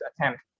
attempt